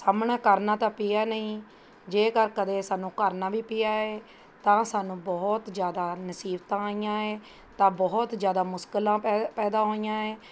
ਸਾਹਮਣਾ ਕਰਨਾ ਤਾਂ ਪਿਆ ਨਹੀਂ ਜੇਕਰ ਕਦੇ ਸਾਨੂੰ ਕਰਨਾ ਵੀ ਪਿਆ ਏ ਤਾਂ ਸਾਨੂੰ ਬਹੁਤ ਜ਼ਿਆਦਾ ਮੁਸੀਬਤਾਂ ਆਈਆਂ ਏ ਤਾਂ ਬਹੁਤ ਜ਼ਿਆਦਾ ਮੁਸ਼ਕਿਲਾਂ ਪੈ ਪੈਦਾ ਹੋਈਆਂ ਏ